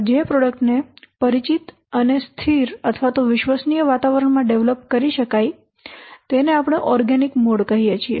જે પ્રોડક્ટને પરિચિત અને સ્થિર વિશ્વસનીય વાતાવરણમાં ડેવેલપ કરી શકાય તેને આપણે ઓર્ગેનિક મોડ કહીએ છીએ